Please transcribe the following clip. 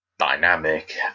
Dynamic